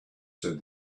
said